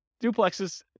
duplexes